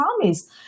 promise